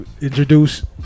introduce